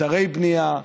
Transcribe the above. אתרי בנייה.